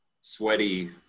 sweaty